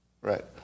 right